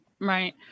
right